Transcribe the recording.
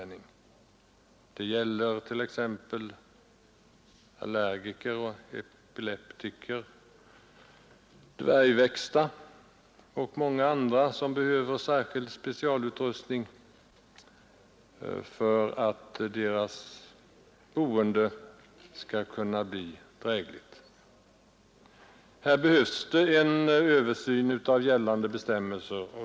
Det gäller t.ex. allergiker och epileptiker, dvärgväxta och många andra som behöver särskild specialutrustning för att deras boende skall bli drägligt. Här behövs en översyn av gällande bestämmelser.